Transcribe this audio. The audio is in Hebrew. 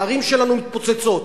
הערים שלנו מתפוצצות.